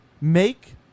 Make